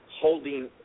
holding